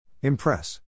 Impress